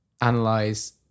analyze